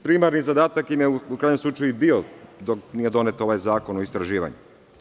Primarni zadatak im je, u krajnjem slučaju, i bio dok nije donet ovaj Zakon o istraživanju.